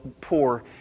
poor